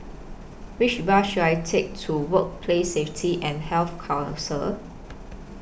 Which Bus should I Take to Workplace Safety and Health Council